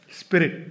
spirit